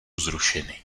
zrušeny